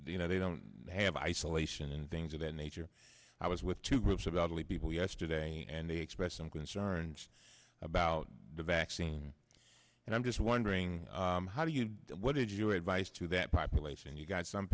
you know they don't have isolation and things of that nature i was with two groups about early people yesterday and they expressed some concern about the vaccine and i'm just wondering how do you what is your advice to that population and you've got some